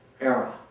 era